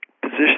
position